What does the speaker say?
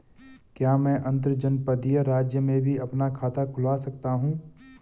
क्या मैं अंतर्जनपदीय राज्य में भी अपना खाता खुलवा सकता हूँ?